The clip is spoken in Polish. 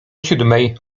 siódmej